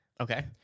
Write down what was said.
Okay